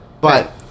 But-